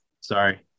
Sorry